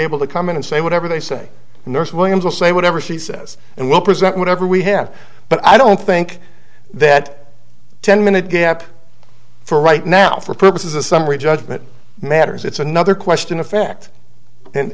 able to come in and say whatever they say nurse williams will say whatever she says and we'll present whatever we have but i don't think that ten minute gap for right now for purposes of summary judgment matters it's another question of fact and